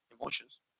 Emotions